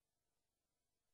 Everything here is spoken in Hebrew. מאוד,